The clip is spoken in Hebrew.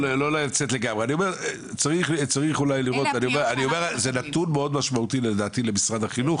זה נתון מאוד משמעותי לדעתי למשרד החינוך,